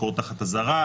לחקור תחת אזהרה,